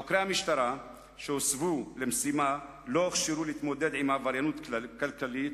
חוקרי המשטרה שהוסבו למשימה לא הוכשרו להתמודד עם עבריינות כלכלית,